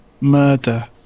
Murder